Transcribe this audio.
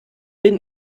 bin